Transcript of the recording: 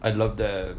I love them